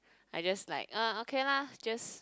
I just like uh okay lah just